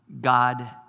God